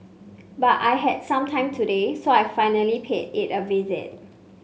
but I had some time today so I finally paid it a visit